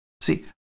See